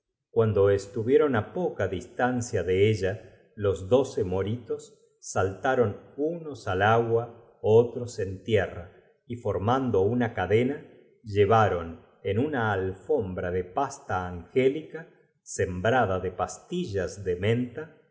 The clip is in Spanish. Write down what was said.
cuando estuvieron á poca distancia de ella los doce moritos saltaron unos al agua otros en tierra y formando una cadenr llevaron en una alfombra de pasta delfines de oro doce preciosos moritos angélica sembrada do pastillas de menta